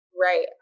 Right